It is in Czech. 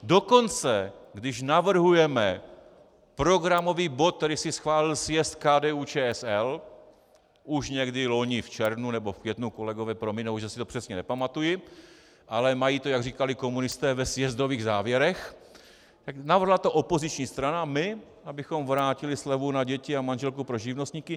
Dokonce když navrhujeme programový bod, který si schválil sjezd KDUČSL už někdy loni v červnu nebo v květnu, kolegové prominou, že si to přesně nepamatuji, ale mají to, jak říkali komunisté, ve sjezdových závěrech, tak navrhla to opoziční strana, my, abychom vrátili slevu na děti a manželku pro živnostníky.